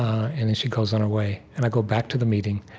and then she goes on her way. and i go back to the meeting,